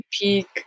peak